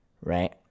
right